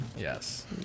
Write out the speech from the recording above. Yes